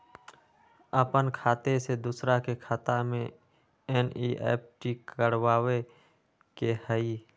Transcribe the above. अपन खाते से दूसरा के खाता में एन.ई.एफ.टी करवावे के हई?